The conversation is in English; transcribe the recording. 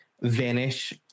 vanish